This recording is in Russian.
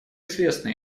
известны